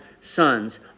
sons